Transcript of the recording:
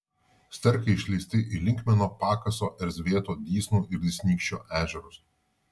sterkai išleisti į linkmeno pakaso erzvėto dysnų ir dysnykščio ežerus